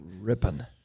Ripping